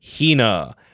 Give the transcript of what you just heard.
Hina